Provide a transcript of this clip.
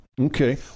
Okay